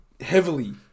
heavily